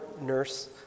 nurse